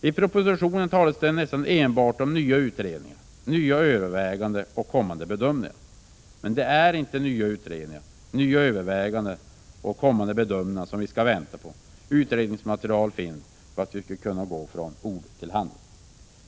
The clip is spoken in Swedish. I propositionen talas det nästan enbart om nya utredningar, nya överväganden och kommande bedömningar. Men det är inte nya utredningar, nya överväganden och kommande bedömningar som vi skall 53 vänta på. Utredningsmaterial finns, varför vi borde kunna gå från ord till | handling.